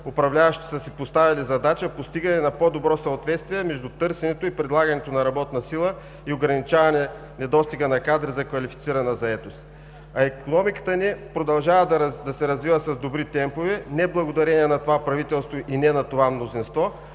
управляващите са си поставили задача: постигане на по-добро съответствие между търсенето и предлагането на работна сила и ограничаване недостига на кадри за квалифицирана заетост. А икономиката ни продължава да се развива с добри темпове не благодарение на това правителство и не на това мнозинство,